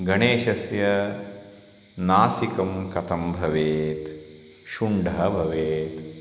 गणेशस्य नासिकं कथं भवेत् शुण्डः भवेत्